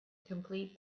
complete